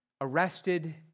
arrested